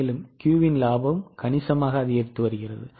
மேலும் Q இன் லாபம் அதிகரித்து வருகிறது